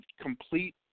complete